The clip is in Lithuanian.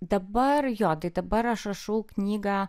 dabar jo tai dabar aš rašau knygą